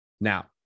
Now